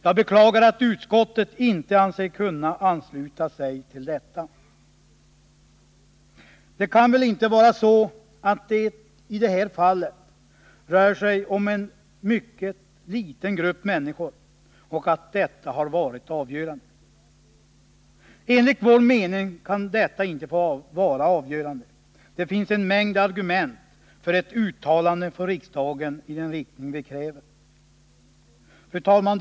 Jag beklagar att utskottet inte har ansett sig kunna tillstyrka våra förslag. Det kan väl inte vara så, att det avgörande har varit att det i det här fallet rör sig om en mycket liten grupp människor. Enligt vår mening kan ett sådant resonemang inte accepteras. Det finns en mängd argument för att riksdagen bör göra ett uttalande av det slag som vi kräver. Fru talman!